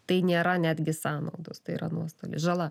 tai nėra netgi sąnaudos tai yra nuostolis žala